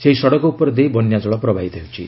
ସେହି ସଡ଼କ ଉପର ଦେଇ ବନ୍ୟା ଜଳ ପ୍ରବାହିତ ହେଉଛି